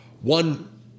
One